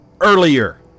earlier